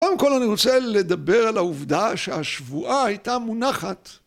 קודם כל אני רוצה לדבר על העובדה שהשבועה הייתה מונחת